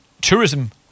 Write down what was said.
tourism